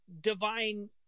divine